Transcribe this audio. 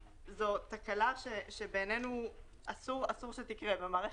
אנחנו סבורים שמדובר בתקלה שאסור שתקרה.